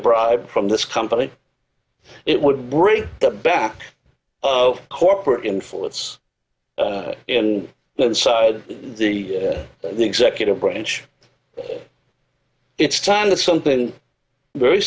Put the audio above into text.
a bribe from this company it would break the back of corporate influence in the inside the the executive branch it's time that something very